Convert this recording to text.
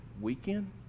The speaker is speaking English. Weekend